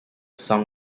song